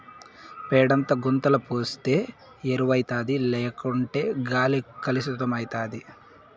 పేడంతా గుంతల పోస్తే ఎరువౌతాది లేకుంటే గాలి కలుసితమైతాది